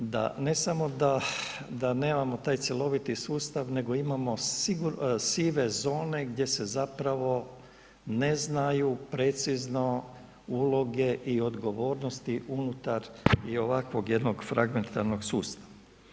Da ne samo da nemamo taj cjeloviti sustav nego imamo sigurno sive zone gdje se zapravo ne znaju precizno uloge i odgovornosti unutar i ovakvog jednog fragmentarnog sustava.